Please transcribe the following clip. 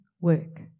work